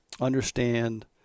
understand –